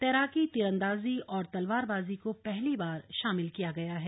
तैराकी तीरंदाजी और तलवारबाजी को पहली बार शामिल किया गया है